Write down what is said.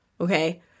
Okay